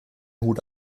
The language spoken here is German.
hut